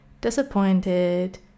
disappointed